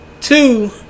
Two